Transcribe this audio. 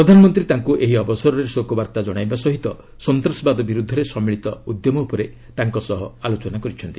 ପ୍ରଧାନମନ୍ତ୍ରୀ ତାଙ୍କ ଏହି ଅବସରରେ ଶୋକବାର୍ତ୍ତା ଜଣାଇବା ସହ ସନ୍ତାସବାଦ ବିର୍ଦ୍ଧରେ ସମ୍ମିଳୀତ ଉଦ୍ୟମ ଉପରେ ତାଙ୍କ ସହ ଆଲୋଚନା କରିଛନ୍ତି